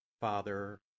Father